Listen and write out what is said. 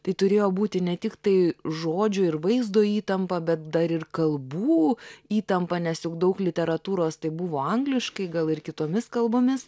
tai turėjo būti ne tik tai žodžių ir vaizdo įtampa bet dar ir kalbų įtampa nes juk daug literatūros tai buvo angliškai gal ir kitomis kalbomis